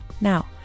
Now